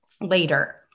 later